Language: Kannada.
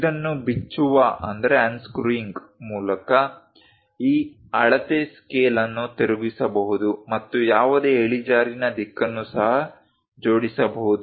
ಇದನ್ನು ಬಿಚ್ಚುವ ಮೂಲಕ ಈ ಅಳತೆ ಸ್ಕೇಲ್ ಅನ್ನು ತಿರುಗಿಸಬಹುದು ಮತ್ತು ಯಾವುದೇ ಇಳಿಜಾರಿನ ದಿಕ್ಕನ್ನು ಸಹ ಜೋಡಿಸಬಹುದು